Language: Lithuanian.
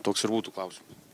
toks ir būtų klausimas